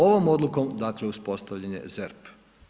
Ovo odlukom dakle uspostavljen je ZERP.